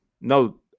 No